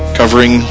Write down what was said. covering